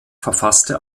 verfasste